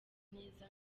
neza